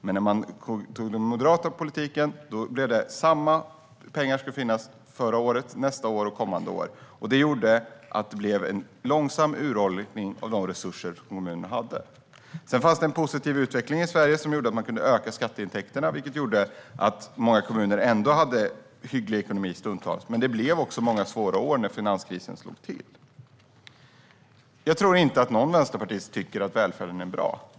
Men med den moderata politiken blev det samma pengar som förra året, nästa år och kommande år. Det gjorde att det blev en långsam urholkning av de resurser kommunerna hade. Sedan fanns det en positiv utveckling i Sverige som gjorde att man kunde öka skatteintäkterna, vilket gjorde att många kommuner stundtals ändå hade en hygglig ekonomi, men det blev också många svåra år när finanskrisen slog till. Jag tror inte att någon vänsterpartist tycker att välfärden är bra.